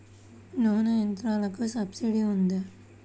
నూనె యంత్రాలకు సబ్సిడీ ఉందా?